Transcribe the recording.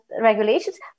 regulations